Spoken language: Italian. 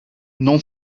non